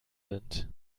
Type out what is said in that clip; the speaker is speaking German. sind